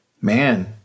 man